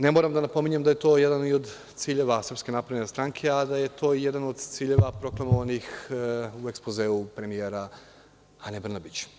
Ne moram da napominjem da je to jedan i od ciljeva SNS, a da je to i jedan od ciljeva proklamovanih u ekspozeu premijera Ane Brnabić.